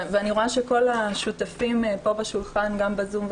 ואני רואה שכל השותפים פה בשולחן וגם בזום,